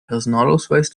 personalausweis